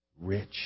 rich